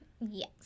Yes